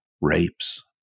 Rapes